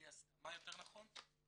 בלי הסכמה יותר נכון,